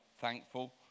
thankful